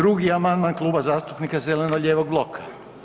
2. amandman Kluba zastupnika zeleno-lijevog bloka.